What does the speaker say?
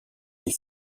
des